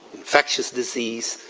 infectious disease,